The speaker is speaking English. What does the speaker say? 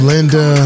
Linda